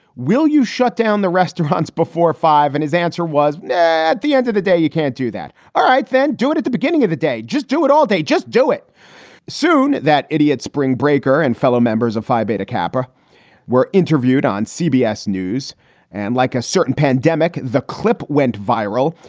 will you shut down the restaurants before five zero? and his answer was, at the end of the day, you can't do that. all right, then do it at the beginning of the day. just do it all day. just do it soon. that idiot spring breaker and fellow members of phi beta kappa were interviewed on cbs news and like a certain pandemic. the clip went viral.